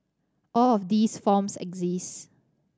all of these forms exist